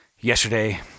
Yesterday